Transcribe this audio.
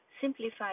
simplify